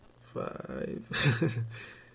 five